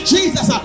Jesus